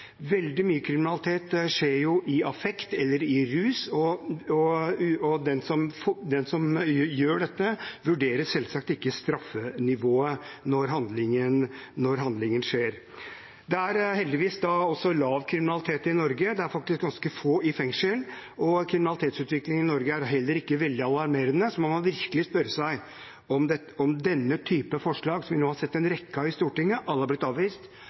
Veldig mye kriminalitet skjer i affekt eller i rus, og den som gjør dette, vurderer selvsagt ikke straffenivået når handlingen skjer. Det er heldigvis lav kriminalitet i Norge. Det er faktisk ganske få i fengsel, og kriminalitetsutviklingen i Norge er heller ikke veldig alarmerende, så man må virkelig spørre seg om det er nødvendig med denne typen forslag, som vi nå har sett en rekke av i Stortinget – alle har blitt avvist.